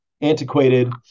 antiquated